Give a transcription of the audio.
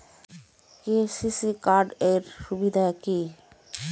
KCC card এর সুবিধা কি?